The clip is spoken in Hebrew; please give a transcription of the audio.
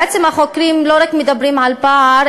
בעצם החוקרים לא רק מדברים על פער,